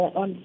on